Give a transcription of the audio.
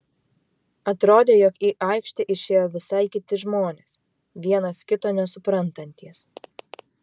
atrodė jog į aikštę išėjo visai kiti žmonės vienas kito nesuprantantys